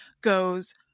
goes